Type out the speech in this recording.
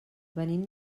venim